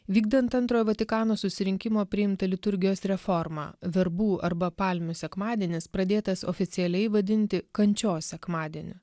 vykdant antrojo vatikano susirinkimo priimtą liturgijos reformą verbų arba palmių sekmadienis pradėtas oficialiai vadinti kančios sekmadieniu